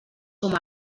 com